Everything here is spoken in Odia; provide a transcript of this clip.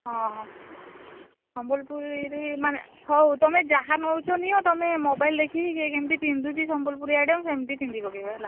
ହଁ ବା ସମ୍ବଲପୁରୀ ମାନେ ହଉ ତମେ ଯାହା ନେଉଛ ନିଅ ତମେ ମୋବାଇଲ୍ ଦେଖିକି କିଏ କେମିତି ପିନ୍ଧୁଛି ସମ୍ବଲପୁରୀ ଶାଢ଼ୀ ସେମିତି ପିନ୍ଧି ପକେଇବ ହେଲା